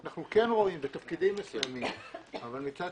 אנחנו כן רואים בתפקידים מסוימים אבל מצד